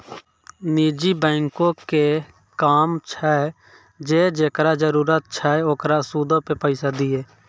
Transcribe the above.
निजी बैंको के काम छै जे जेकरा जरुरत छै ओकरा सूदो पे पैसा दिये